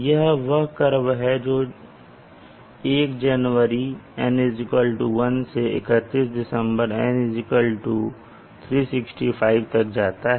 यह वह कर्व है जो 1 जनवरी N1 से 31 दिसंबर N 365 तक जाता है